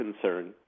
concern